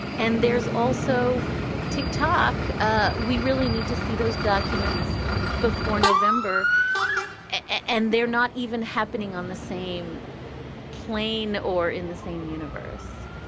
and there's also a tick tock. ah we really need to see those documents before november and they're not even happening on the same plane or in the same universe